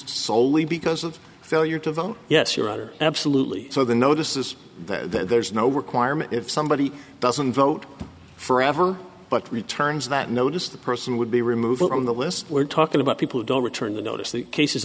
soley because of failure to vote yes your honor absolutely so the notices that there's no requirement if somebody doesn't vote for ever but returns that notice the person would be removed from the list we're talking about people who don't return the notice the cases